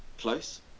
Close